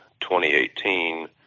2018